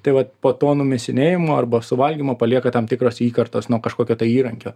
tai vat po to numėsinėjimo arba suvalgymo palieka tam tikros įkartos nuo kažkokio tai įrankio